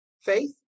faith